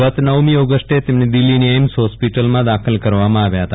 ગત નવમી ઓગષ્ટે તેમને દિલ્હીની એઇમ્સ હોસ્પીટલમાં દાખલ કરવામાં આવ્યા હતા